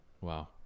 wow